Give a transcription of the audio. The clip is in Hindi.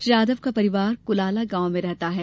श्री यादव का परिवार कलाला गॉव में रहता है